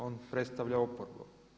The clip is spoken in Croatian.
On predstavlja oporbu.